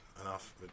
enough